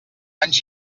anys